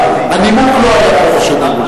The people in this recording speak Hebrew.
אבל הנימוק לא היה חופש הדיבור.